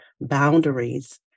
boundaries